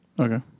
Okay